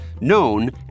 known